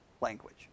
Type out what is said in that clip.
language